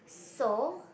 so